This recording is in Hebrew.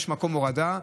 יש מקום הורדה,